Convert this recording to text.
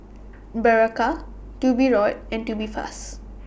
Berocca and Tubifast